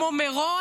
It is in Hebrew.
כמו מירון,